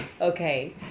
Okay